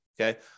Okay